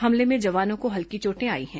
हमले में जवानों को हल्की चोटें आई हैं